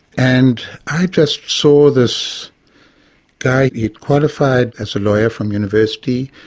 and i just saw this guy, he'd qualified as a lawyer from university,